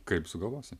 kaip sugalvosi